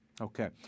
Okay